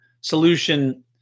solution